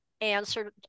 answered